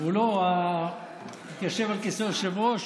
הוא לא, הוא התיישב על כיסא היושב-ראש.